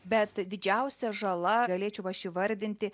bet didžiausia žala galėčiau aš įvardinti